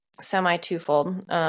semi-twofold